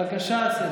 בבקשה.